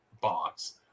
box